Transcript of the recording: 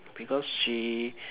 because she